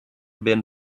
been